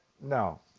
No